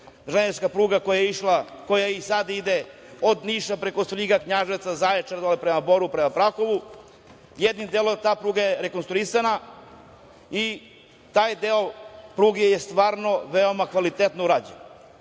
železnička pruga koja išla, koja i sad ide od Niša, preko Svrljiga, Knjaževca, Zaječara, dole prema Boru, prema Prahovu jednim delom ta pruga je rekonstruisana i taj deo pruge je stvarno veoma kvalitetno urađen.